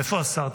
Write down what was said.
איפה השר?